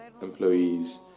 employees